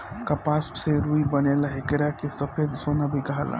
कपास से रुई बनेला एकरा के सफ़ेद सोना भी कहाला